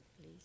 please